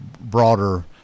broader